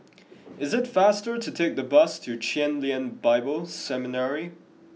it is faster to take the bus to Chen Lien Bible Seminary